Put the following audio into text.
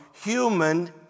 human